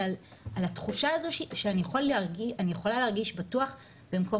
אלא על התחושה הזו שאני יכולה להרגיש בטוח במקום